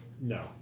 No